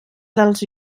dels